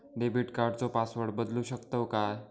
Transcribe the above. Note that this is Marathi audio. डेबिट कार्डचो पासवर्ड बदलु शकतव काय?